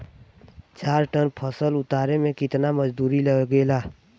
चार टन फसल उतारे में कितना मजदूरी लागेला?